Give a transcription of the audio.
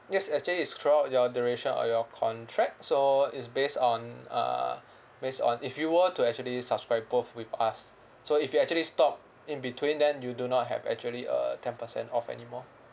yes actually it's throughout your duration of your contract so it's based on uh based on if you were to actually subscribe both with us so if you actually stop in between then you do not have actually uh ten percent off anymore